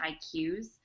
IQs